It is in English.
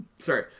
Sorry